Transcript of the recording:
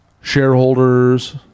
shareholders